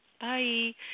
bye